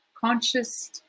conscious